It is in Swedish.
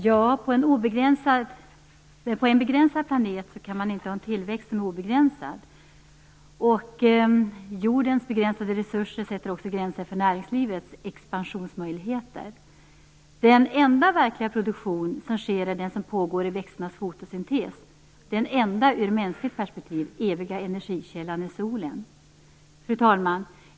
Fru talman! På en begränsad planet kan man inte ha en tillväxt som är obegränsad. Jordens begränsade resurser sätter också gränser för näringslivets expansionsmöjligheter. Den enda verkliga produktion som sker är den som pågår i växternas fotosyntes. Den enda, ur mänskligt perspektiv, eviga energikällan är solen. Fru talman!